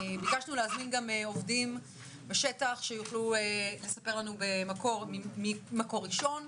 ביקשנו להזמין גם עובדים בשטח שיוכלו לספר לנו ממקור ראשון.